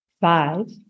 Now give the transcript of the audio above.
five